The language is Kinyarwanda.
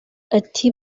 ati